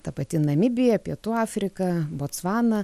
ta pati namibija pietų afrika botsvana